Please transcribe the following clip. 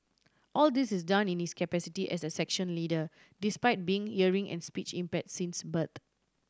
all this is done in his capacity as a section leader despite being hearing and speech impair since birth